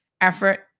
effort